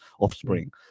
offspring